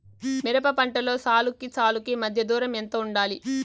మిరప పంటలో సాలుకి సాలుకీ మధ్య దూరం ఎంత వుండాలి?